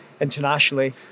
internationally